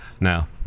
Now